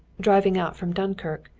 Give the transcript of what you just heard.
driving out from dunkirk,